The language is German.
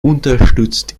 unterstützt